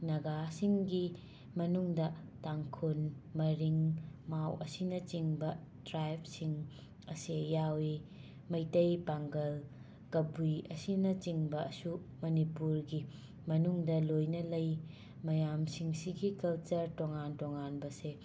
ꯅꯒꯥꯁꯤꯡꯒꯤ ꯃꯅꯨꯡꯗ ꯇꯥꯡꯈꯨꯟ ꯃꯔꯤꯡ ꯃꯥꯎ ꯑꯁꯤꯅꯆꯤꯡꯕ ꯇ꯭ꯔꯥꯏꯞꯁꯤꯡ ꯑꯁꯤ ꯌꯥꯎꯏ ꯃꯩꯇꯩ ꯄꯥꯡꯒꯜ ꯀꯕꯨꯏ ꯑꯁꯤꯅꯆꯤꯡꯕ ꯁꯨ ꯃꯅꯤꯄꯨꯔꯒꯤ ꯃꯅꯨꯡꯗ ꯂꯣꯏꯅ ꯂꯩ ꯃꯌꯥꯝꯁꯤꯡꯁꯤꯒꯤ ꯀꯜꯆꯔ ꯇꯣꯉꯥꯟ ꯇꯣꯉꯥꯟꯕꯁꯦ